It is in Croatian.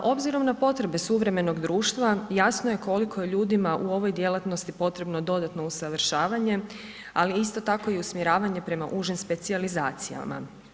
Obzirom na potrebe suvremenog društva jasno je koliko je ljudima u ovoj djelatnosti potrebno dodatno usavršavanje, ali isto tako i usmjeravanje prema užim specijalizacijama.